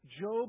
Job